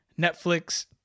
Netflix